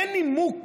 אין נימוק